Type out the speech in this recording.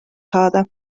saada